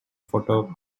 photo